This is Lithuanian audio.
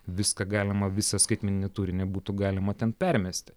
viską galima visą skaitmeninį turinį būtų galima ten permesti